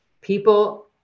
People